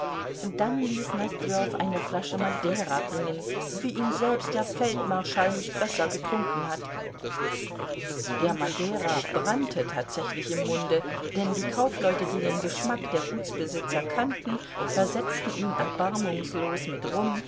dann ließ nosdrjow eine flasche madeira bringen wie ihn selbst der feldmarschall nicht besser getrunken hat der madeira brannte tatsächlich im munde denn die kaufleute die den geschmack der gutsbesitzer kannten versetzten ihn erbarmungslos mit rum